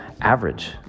average